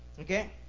Okay